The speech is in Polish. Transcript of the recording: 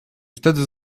wtedy